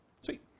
Sweet